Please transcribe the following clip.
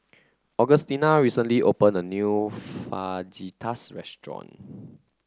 Augustina recently opened a new Fajitas Restaurant